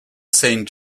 saint